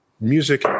Music